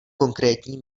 konkrétní